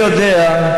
אני יודע,